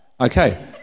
okay